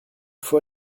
faut